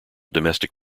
domestic